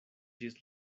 ĝis